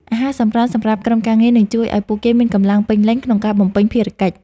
អាហារសម្រន់សម្រាប់ក្រុមការងារនឹងជួយឱ្យពួកគេមានកម្លាំងពេញលេញក្នុងការបំពេញភារកិច្ច។